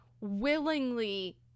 willingly